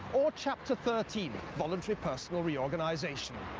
or chapter thirteen voiuntary personai reorganisation.